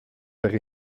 per